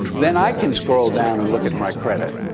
then i can scroll down and look at my credit.